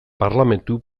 parlementu